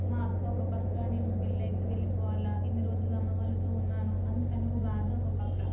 మా అక్క ఒక పక్క నేను పెళ్ళి అయితే వెళ్ళిపోవాలా ఇన్ని రోజులు అమ్మ వాళ్ళతో ఉన్నాను అని తన బాధ ఒక పక్క